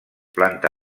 planta